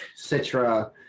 Citra